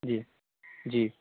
جی جی